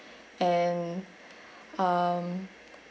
and um